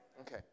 Okay